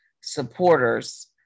supporters